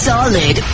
Solid